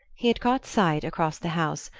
he had caught sight, across the house,